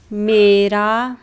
ਮੇਰਾ